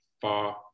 far